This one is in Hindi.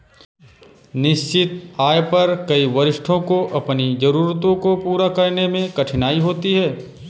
निश्चित आय पर कई वरिष्ठों को अपनी जरूरतों को पूरा करने में कठिनाई होती है